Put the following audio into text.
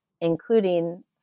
including